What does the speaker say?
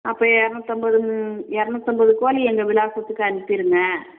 அப்போ இரநூத்தம்பது இரநூத்தம்பது கோழியை எங்கள் விலாசத்துக்கு அனுப்பிடுங்க